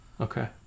Okay